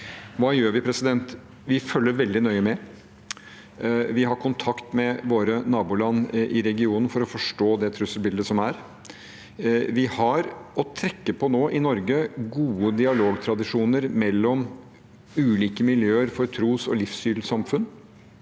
Hva gjør vi? Vi følger veldig nøye med. Vi har kontakt med våre naboland i regionen for å forstå det trusselbildet som er. Vi har i Norge gode dialogtradisjoner å trekke på mellom ulike miljøer, tros- og livssynssamfunn,